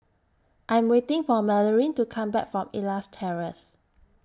I'm waiting For Marylyn to Come Back from Elias Terrace